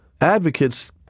advocates